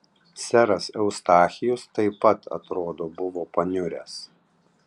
seras eustachijus taip pat atrodo buvo paniuręs